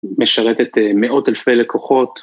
משרתת מאות אלפי לקוחות